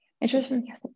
Interesting